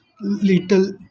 Little